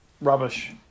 Rubbish